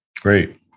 Great